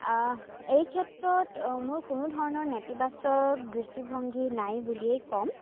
এই ক্ষেত্ৰত মোৰ কোনোধৰণৰ নেতিবাচক দৃষ্টিভংগী নাই বুলিয়েই কম